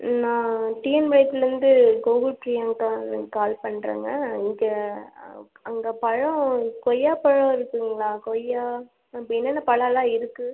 நான் டிஎன் லேந்து கோகுல் ப்ரியங்கா நான் கால் பண்ணுறேங்க இங்கே அங்கே பழம் கொய்யாப்பழம் இருக்குங்களா கொய்யா ஆ இப்போ என்னென்ன பழம் எல்லாம் இருக்கு